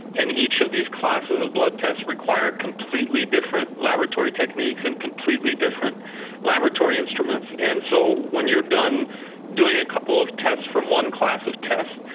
and each of these classes of blood tests require completely different laboratory techniques and completely different laboratory instruments. and so when you're done doing a couple of tests from one class of test,